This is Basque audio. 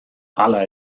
hala